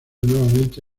nuevamente